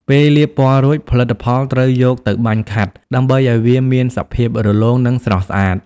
ពេលលាបពណ៌រួច ផលិតផលត្រូវយកទៅ បាញ់ខាត់ ដើម្បីឱ្យវាមានសភាពរលោង និងស្រស់ស្អាត។